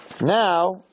Now